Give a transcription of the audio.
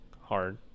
hard